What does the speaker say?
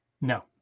No